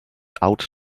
out